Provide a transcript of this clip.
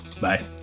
Bye